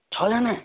छःजना